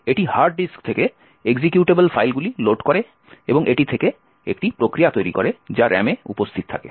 এটি hard disk থেকে executable ফাইলগুলি লোড করে এবং এটি থেকে একটি প্রক্রিয়া তৈরি করে যা RAM এ উপস্থিত থাকে